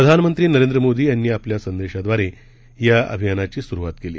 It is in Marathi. प्रधानमंत्री नरेंद्र मोदी यांनी आपल्या संदेशाद्वारे या अभियानाची आज स्रुवात केली